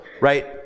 right